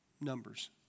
numbers